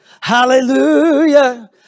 Hallelujah